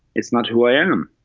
it's not who i am.